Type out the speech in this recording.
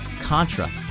Contra